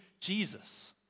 Jesus